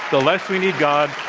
the less we need god.